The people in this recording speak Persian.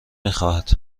میخواهد